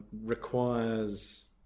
requires